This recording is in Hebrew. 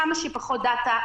כמה שפחות דאטה,